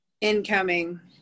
Incoming